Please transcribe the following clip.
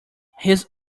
his